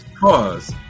Pause